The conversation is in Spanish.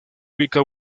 ubica